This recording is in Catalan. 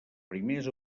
primers